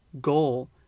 goal